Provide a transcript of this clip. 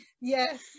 Yes